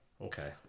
Okay